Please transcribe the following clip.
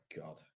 God